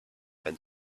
been